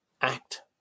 act